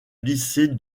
lycée